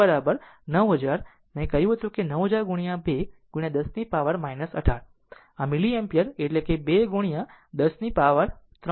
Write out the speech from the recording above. અને બી 2 9000 મેં કહ્યું હતું કે તે 9000 2 10 પાવર 18 વોલ્ટ છે આ મિલી એમ્પીયર એટલે 2 10 પાવર 3 એમ્પીયર